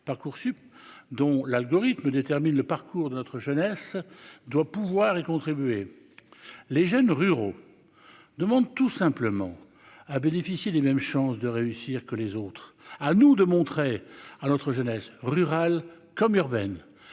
parcoursup dont l'algorithme détermine le parcours de notre jeunesse doit pouvoir y contribuer, les jeunes ruraux demande tout simplement à bénéficier des mêmes chances de réussir que les autres, à nous de montrer à notre jeunesse rurales comme urbaines